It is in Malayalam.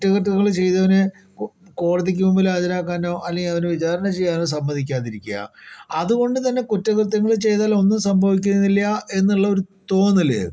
കുറ്റകൃത്യങ്ങൾ ചെയ്തവനെ കോടതിക്ക് മുമ്പിൽ ഹാജരാക്കാനോ അല്ലെങ്കിൽ അവനെ വിചാരണ ചെയ്യാനോ സമ്മതിക്കാതിരിക്കുക അതുകൊണ്ട് തന്നെ കുറ്റകൃത്യങ്ങൾ ചെയ്താൽ ഒന്നും സംഭവിക്കുന്നില്ല എന്നുള്ള ഒരു തോന്നൽ